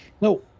No